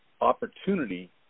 opportunity